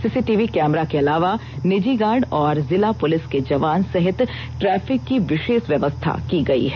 CCTV camera के अलावा निजी गार्ड और जिला पुलिस के जवान सहित ट्रैफिक की विशेष व्यवस्था की गई है